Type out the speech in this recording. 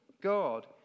God